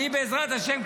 בעזרת השם,